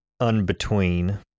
Unbetween